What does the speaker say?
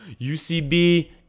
UCB